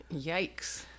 Yikes